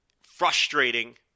frustrating